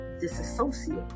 disassociate